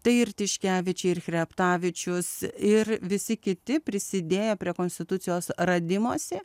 tai ir tiškevičiai ir chreptavičius ir visi kiti prisidėję prie konstitucijos radimosi